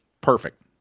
Perfect